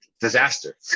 disaster